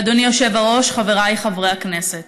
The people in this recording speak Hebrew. אדוני היושב-ראש, חבריי חברי הכנסת,